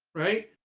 right?